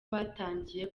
batangiye